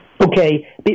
Okay